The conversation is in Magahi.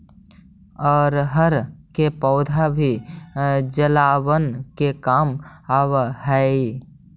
अरहर के पौधा भी जलावन के काम आवऽ हइ